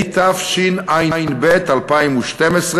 התשע"ב 2012,